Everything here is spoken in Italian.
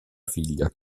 figlia